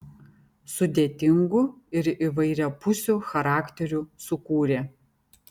sudėtingų ir įvairiapusių charakterių sukūrė